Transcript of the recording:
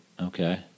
Okay